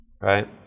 Right